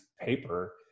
paper